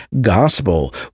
gospel